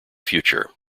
future